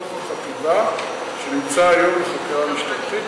מתוך החטיבה שנמצא היום בחקירה משטרתית,